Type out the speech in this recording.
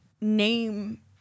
name